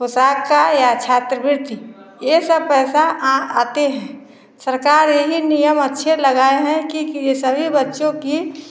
पोषाक का या छात्रवृति ये सब पैसा आते हैं सरकार यही नियम अच्छे लगाएँ हैं कि सभी बच्चों की